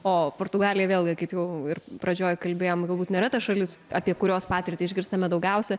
o portugalija vėlgi kaip jau ir pradžioj kalbėjom galbūt nėra ta šalis apie kurios patirtį išgirstame daugiausia